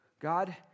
God